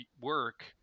work